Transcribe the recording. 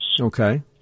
Okay